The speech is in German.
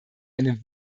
eine